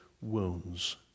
wounds